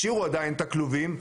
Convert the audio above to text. השאירו עדיין את הכלובים.